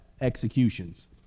executions